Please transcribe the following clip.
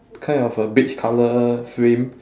kind of a beige colour frame